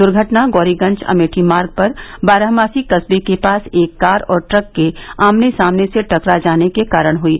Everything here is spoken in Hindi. दुर्घटना गौरीगंज अमेठी मार्ग पर बारहमासी कस्बे के पास एक कार और ट्रक की आमने सामने से टकरा जाने के कारण हुयी